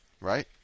Right